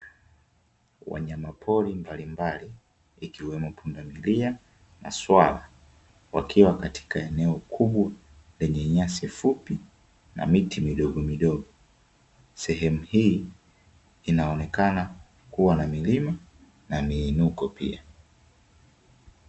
Wanyama pori mbalimbali, ikiwemo pundamilia na swala, wakiwa katika eneo kubwa lenye nyasi fupi na miti midogomidogo. Sehemu hii inaonekana kuwa na milima na miinuko pia.